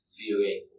viewing